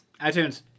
iTunes